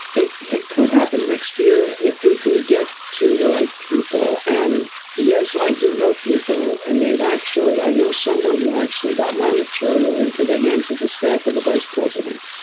it it could happen next year if we can get to the right people. and yes, i do know people, and they've actually, i know someone who actually got my material into the hands of the staff of the vice president